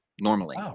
normally